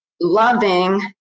loving